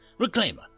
reclaimer